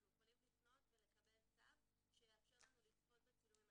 אנחנו יכולים לפנות ולקבל צו שיאפשר לנו לצפות בצילומים.